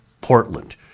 Portland